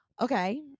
Okay